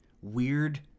weird